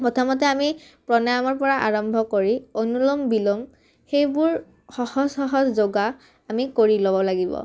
প্ৰথমতে আমি প্ৰাণায়ামৰ পৰা আৰম্ভ কৰি অনুলম বিলোম সেইবোৰ সহজ সহজ যোগা আমি কৰি ল'ব লাগিব